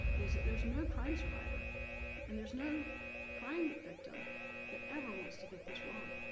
is that there's no crime survivor and there's no crime victim that ever wants to get this wrong.